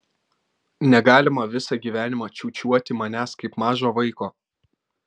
negalima visą gyvenimą čiūčiuoti manęs kaip mažo vaiko